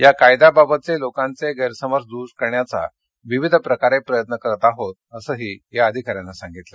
या कायद्याबाबतचे लोकांचे गस्त्रिमज दूर करण्याचा विविध प्रकारे प्रयत्न करत आहोत असं या अधिकाऱ्यानं सांगितलं